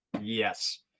Yes